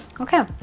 Okay